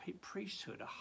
priesthood